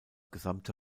gesamte